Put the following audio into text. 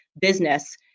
business